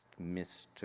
Mr